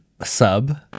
Sub